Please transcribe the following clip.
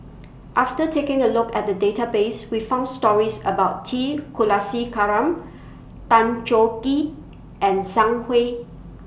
after taking A Look At The Database We found stories about T Kulasekaram Tan Choh Gee and Sang Hui